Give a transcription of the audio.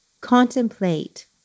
contemplate